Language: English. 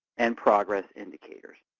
and progress indicators.